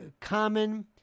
common